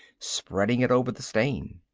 spreading it over the stain.